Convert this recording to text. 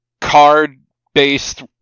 card-based